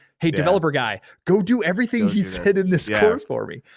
hey, developer guy, go do everything he said in this course for me.